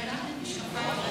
הפקרתם אותם.